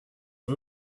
are